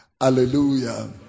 Hallelujah